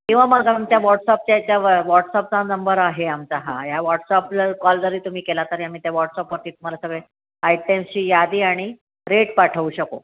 किंवा मग आमच्या वॉट्सअपच्या याच्यावर वॉट्सअपचा नंबर आहे आमचा हा या वॉट्सअपला कॉल जरी तुम्ही केला तरी आम्ही त्या वॉट्सअपवरती तुम्हाला सगळे आयटेम्सची यादी आणि रेट पाठवू शकू